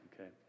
okay